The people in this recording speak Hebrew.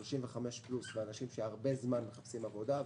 35 פלוס ואנשים שזמן רב מחפשים עבודה.